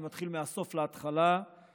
אני מתחיל מהסוף להתחלה,